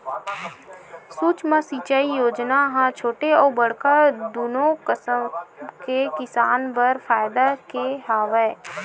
सुक्ष्म सिंचई योजना ह छोटे अउ बड़का दुनो कसम के किसान बर फायदा के हवय